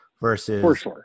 versus